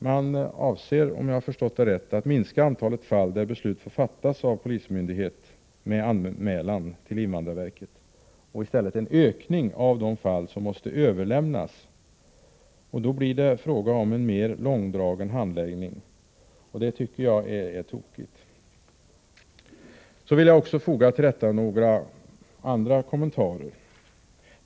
Man avser, om jag har förstått det rätt, att minska antalet fall där beslut får fattas av polismyndighet med anmälan till invandrarverket och att i stället öka antalet fall som måste överlämnas. Då blir det fråga om en mer långdragen handläggning. Det tycker jag är tokigt. Jag vill till detta också foga några andra kommentarer.